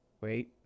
Wait